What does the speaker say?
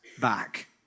back